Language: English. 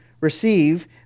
receive